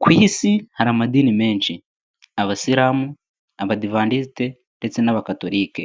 Kuri iyi si hari amadini menshi, abasiramu, abadivantisite ndetse n'abakatorike.